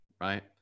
right